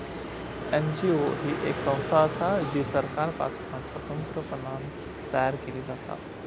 NGO ही येक संस्था असा जी सरकारपासना स्वतंत्रपणान तयार केली जाता